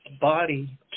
body